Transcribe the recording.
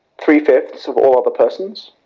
three five ths of all other persons,